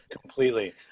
Completely